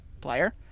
player